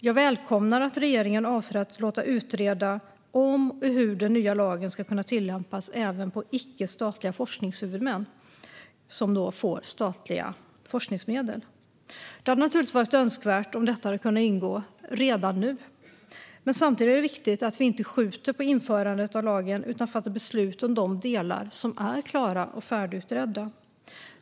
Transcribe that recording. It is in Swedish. Jag välkomnar att regeringen avser att låta utreda om och hur den nya lagen ska kunna tillämpas även på icke-statliga forskningshuvudmän som får statliga forskningsmedel. Det hade naturligtvis varit önskvärt om detta hade ingått redan nu, men samtidigt är det viktigt att vi inte skjuter på införandet av lagen utan fattar beslut om de delar som är klara och färdigutredda.